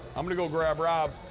i'm gonna go grab rob,